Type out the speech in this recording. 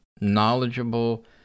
knowledgeable